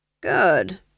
Good